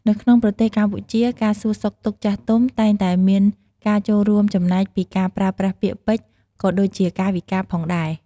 នៅក្នុងប្រទេសកម្ពុជា ការសួរសុខទុក្ខចាស់ទុំតែងតែមានការចូលរួមចំណែកពីការប្រើប្រាស់ពាក្យពេចន៍ ក៏ដូចជាកាយវិការផងដែរ។